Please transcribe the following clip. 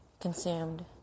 consumed